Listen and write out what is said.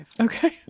Okay